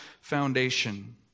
foundation